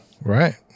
Right